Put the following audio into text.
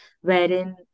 wherein